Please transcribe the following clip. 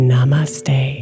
Namaste